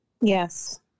Yes